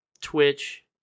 twitch